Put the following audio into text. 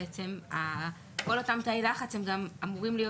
בעצם כל אותם תאי לחץ גם אמורים להיות